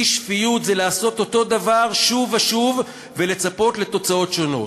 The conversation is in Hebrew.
אי-שפיות זה לעשות אותו דבר שוב ושוב ולצפות לתוצאות שונות.